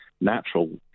natural